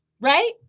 right